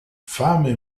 fame